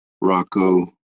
Rocco